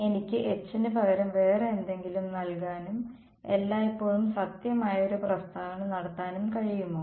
എനിക്ക് H ന് പകരം വേറെ എന്തെങ്കിലും നൽകാനും എല്ലായ്പ്പോഴും സത്യമായ ഒരു പ്രസ്താവന നടത്താനും കഴിയുമോ